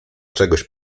czegoś